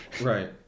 Right